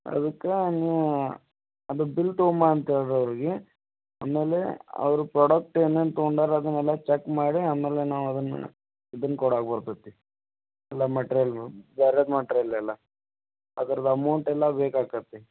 ಅದ್ಕ ನೀವು ಅದು ಬಿಲ್ ತಗೊಂಬಾ ಅಂತ ಹೇಳಿ ರೀ ಅವ್ರ್ಗೆ ಆಮೇಲೆ ಅವ್ರ ಪ್ರೊಡಕ್ಟ್ ಏನೇನು ತಗೊಂಡಾರ ಅದನ್ನೆಲ್ಲ ಚೆಕ್ ಮಾಡಿ ಆಮೇಲೆ ನಾವು ಅದನ್ನ ಇದನ್ನ ಕೊಡಾಕೆ ಬರ್ತೈತಿ ಎಲ್ಲ ಮಟ್ರಿಯಲ್ಗಳು ಬ್ಯಾರೆ ಮಟ್ರಿಯಲ್ ಎಲ್ಲ ಅದ್ರದ್ದು ಅಮೌಂಟ್ ಎಲ್ಲ ಬೇಕಾಕ್ತತಿ